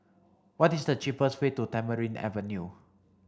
what is the cheapest way to Tamarind Avenue